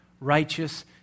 righteous